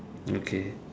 okay